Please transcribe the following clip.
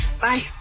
Bye